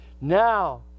Now